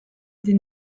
des